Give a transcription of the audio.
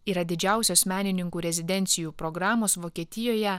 yra didžiausios menininkų rezidencijų programos vokietijoje